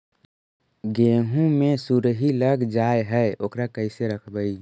गेहू मे सुरही लग जाय है ओकरा कैसे रखबइ?